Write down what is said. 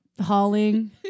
hauling